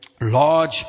large